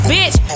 Bitch